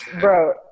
bro